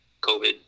COVID